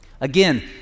Again